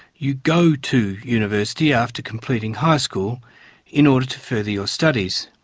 you go to university after completing high school in order to further your studies.